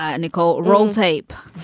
ah nicole. roll tape